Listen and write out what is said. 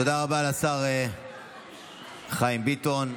תודה רבה לשר חיים ביטון.